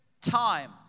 time